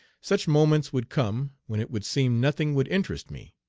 such moments would come, when it would seem nothing would interest me.